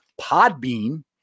Podbean